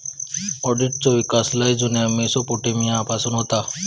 ऑडिटचो विकास लय जुन्या मेसोपोटेमिया पासून होता